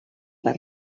per